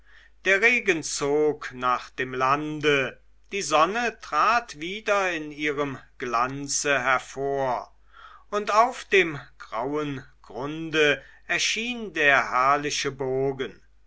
der regen zog nach dem lande die sonne trat wieder in ihrem glanze hervor und auf dem grauen grunde erschien der herrliche bogen